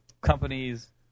companies